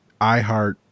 iHeart